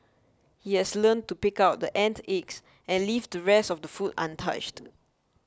he has learnt to pick out the ant eggs and leave the rest of the food untouched